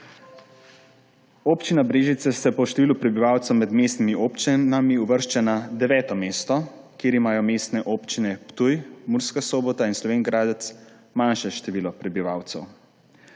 Občina Brežice se po številu prebivalcev med mestnimi občinami uvršča na deveto mesto, kjer imajo mestne občine Ptuj, Murska Sobota in Slovenj Gradec manjše število prebivalcev.